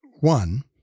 One